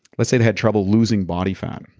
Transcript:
let's say they had trouble losing body fat.